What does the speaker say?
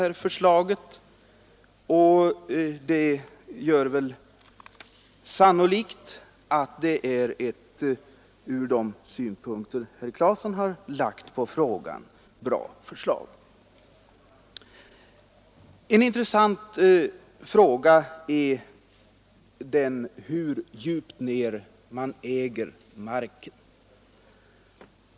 Därför är det ett bra förslag, sannolikt även från de sypunkter herr Claeson kan lägga på frågan. En intressant grundfråga är hur djupt ned man kan äga mark.